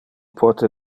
pote